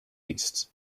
east